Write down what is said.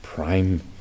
prime